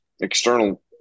external